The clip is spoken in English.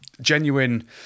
genuine